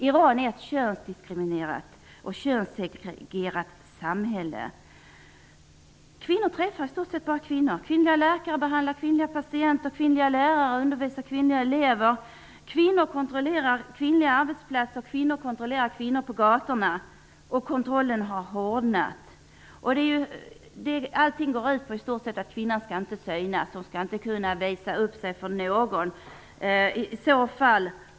Iran är ett könsdiskriminerande och könssegregerat samhälle. Kvinnor träffar i stort sett bara kvinnor. Kvinnliga läkare behandlar kvinnliga patienter. Kvinnliga lärare undervisar kvinnliga elever. Kvinnor kontrollerar kvinnliga arbetsplatser. Kvinnor kontroller kvinnor på gatorna. Kontrollen har hårdnat. Allt går ut på att kvinnan inte skall synas. Hon skall inte kunna visa upp sig för någon.